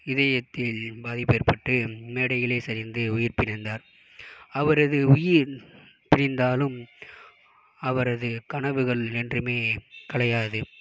இதயத்தில் பாதிப்பு ஏற்பட்டு மேடையிலே சரிந்து உயிர் பிரிந்தார் அவரது உயிர் பிரிந்தாலும் அவரது கனவுகள் என்றுமே கலையாது